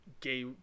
gay